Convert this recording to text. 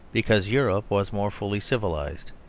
because europe was more fully civilised.